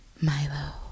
Milo